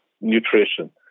nutrition